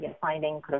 finding